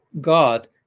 God